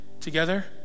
together